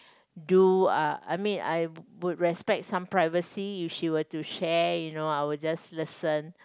do uh I mean I would respect some privacy if she were to share you know I would just listen